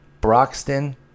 Broxton